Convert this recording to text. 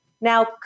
Now